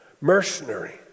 mercenary